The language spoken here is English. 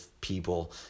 people